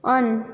on